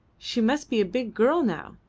she must be a big girl now,